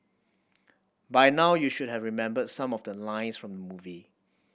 by now you should have remembered some of the lines from the movie